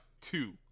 two